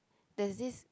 there's this